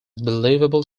believable